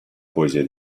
poesia